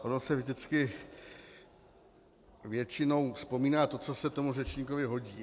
Ono se vždycky většinou vzpomíná to, co se tomu řečníkovi hodí.